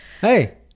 Hey